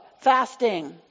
fasting